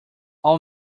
all